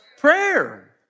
prayer